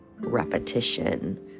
repetition